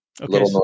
Okay